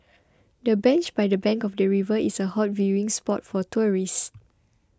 the bench by the bank of the river is a hot viewing spot for tourists